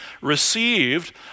received